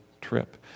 trip